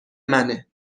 منه